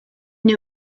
new